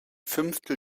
fünftel